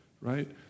right